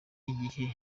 iyihe